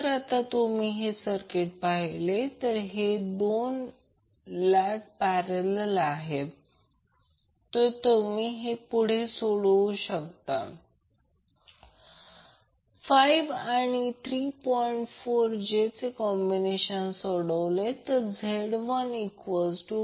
जर आता तुम्ही हे सर्किट पाहिले तर हे दोन लॅग पॅरलल आहेत तर तुम्ही हे पुढे सोडवू शकता 5 आणि 3j4 चे कॉम्बिनेशन सोडवले तर Z15।।3j42